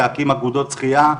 להקים אגודות שחיה,